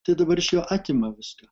tai dabar iš jo atima viską